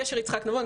גשר יצחק נבון,